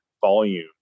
volume